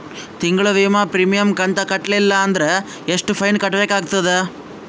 ತಿಂಗಳ ವಿಮಾ ಪ್ರೀಮಿಯಂ ಕಂತ ಕಟ್ಟಲಿಲ್ಲ ಅಂದ್ರ ಎಷ್ಟ ಫೈನ ಕಟ್ಟಬೇಕಾಗತದ?